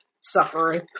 Suffering